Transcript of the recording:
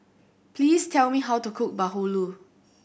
please tell me how to cook bahulu